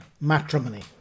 matrimony